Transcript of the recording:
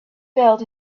felt